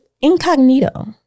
incognito